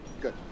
Good